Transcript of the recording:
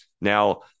Now